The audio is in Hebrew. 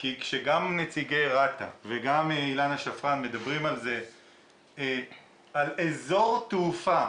כי כשגם נציגי רת"א וגם אילנה שפרן מדברים על אזור תעופה